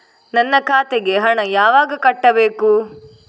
ನನ್ನ ಖಾತೆಗೆ ಹಣ ಯಾವಾಗ ಕಟ್ಟಬೇಕು?